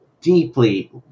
deeply